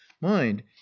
mind